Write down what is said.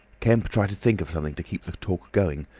kemp tried to think of something to keep the talk going,